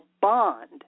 bond